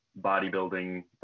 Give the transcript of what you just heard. bodybuilding